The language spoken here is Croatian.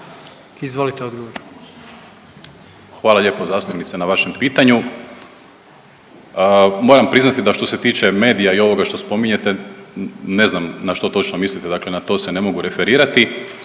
Izvolite odgovor. **Primorac, Marko** Hvala lijepo na vašem pitanju. Moram priznati da što se tiče medija i ovoga što spominjete ne znam na što točno mislite dakle na to se ne mogu referirati,